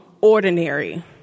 ordinary